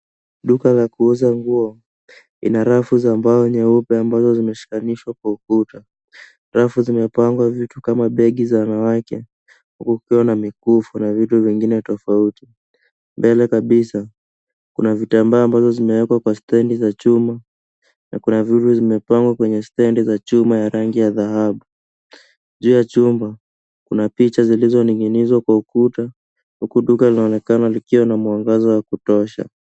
Duka la kuuza nguo ina rafu za mbao nyeupe ambazo zimeshikanishwa kwa ukuta. Rafu zimepangwa vitu kama begi za wanawake huku kukiwa na mikufu na vitu vingine tofauti. Mbele kabisa kuna vitambaa ambazo zimewekwa kwa stendi za chuma na kuna ambazo zimepangwa kwa stendi ya rangi ya .Juu ya chuma kuna picha zilizoning'inizwa kwa ukuta huku duka linaonekana likiwa na mwangaza wa kutosha.